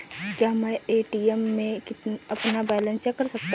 क्या मैं ए.टी.एम में अपना बैलेंस चेक कर सकता हूँ?